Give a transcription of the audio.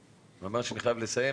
אנחנו חייבים לסיים.